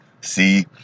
See